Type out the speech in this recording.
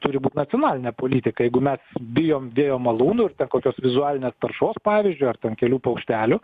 turi būt nacionalinė politika jeigu mes bijom vėjo malūnų ir ten kokios vizualinės taršos pavyzdžiui ar ten kelių paukštelių